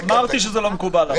אמרתי שזה לא מקובל עליי.